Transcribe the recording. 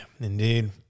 indeed